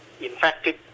infected